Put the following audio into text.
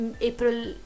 April